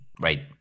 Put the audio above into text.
right